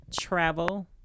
Travel